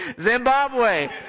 Zimbabwe